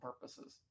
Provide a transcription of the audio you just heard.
purposes